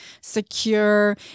secure